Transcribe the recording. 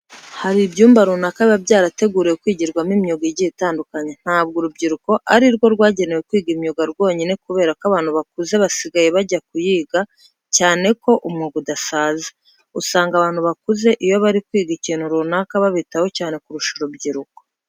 Hari ibyumba runaka biba byarateguriwe kwigirwamo imyuga igiye itandukanye. Ntabwo urubyiruko ari rwo rwagenewe kwiga imyuga rwonyine kubera ko n'abantu bakuze basigaye bajya kuyiga, cyane ko umwuga udasaza. Usanga abantu bakuze iyo bari kwiga ikintu runaka babitaho cyane kurusha urubyiruko.